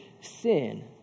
sin